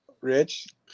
Rich